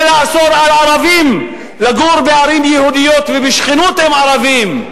לאסור על ערבים לגור בערים יהודיות ובשכנות עם ערבים.